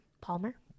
Palmer